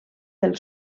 del